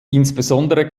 insbesondere